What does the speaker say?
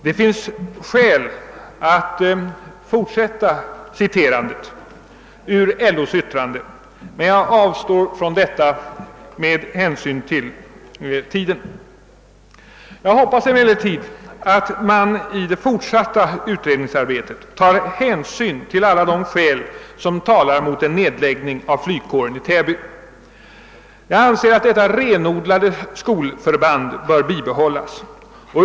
Det finns skäl att fortsätta citerandet ur LÖ:s yttrande men jag avstår med hänsyn till tiden. Jag hoppas emellertid att man i det fortsatta utredningsarbetet tar hänsyn till alla de skäl som talar mot en nedläggning av flygkåren i Täby. Jag anser att detta renodlade skolförband bör bibehållas.